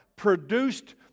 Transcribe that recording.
produced